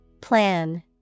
Plan